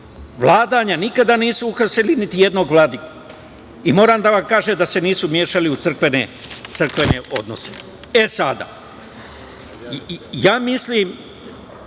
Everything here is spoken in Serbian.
vladanja nikad nisu uhapsili niti jednog vladiku. I moram da vam kažem da se nisu mešali u crkvene odnose. Mislim